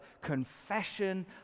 confession